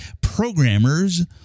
programmers